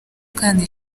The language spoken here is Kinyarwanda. kandi